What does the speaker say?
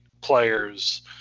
players